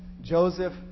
Joseph